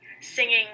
singing